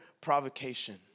provocation